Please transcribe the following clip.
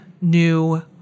new